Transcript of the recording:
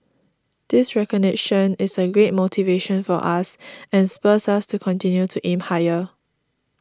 this recognition is a great motivation for us and spurs us to continue to aim higher